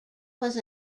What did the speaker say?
was